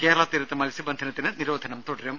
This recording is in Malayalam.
കേരള തീരത്ത് മത്സ്യ ബന്ധനത്തിനുള്ള നിരോധനം തുടരും